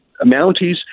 Mounties